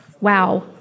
Wow